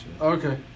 Okay